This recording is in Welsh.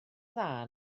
dda